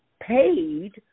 paid